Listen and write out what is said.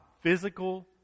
physical